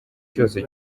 cyose